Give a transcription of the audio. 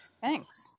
Thanks